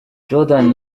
jordan